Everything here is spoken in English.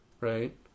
right